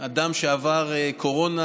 אדם שעבר קורונה,